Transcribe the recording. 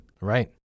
Right